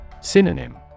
Synonym